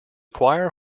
choir